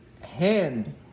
hand